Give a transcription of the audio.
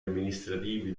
amministrativi